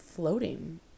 floating